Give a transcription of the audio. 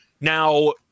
Now